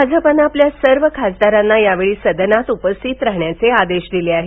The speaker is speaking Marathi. भाजपानं आपल्या सर्व खासदारांना यावेळी सदनात उपस्थित राहण्याचे आदेश दिले आहेत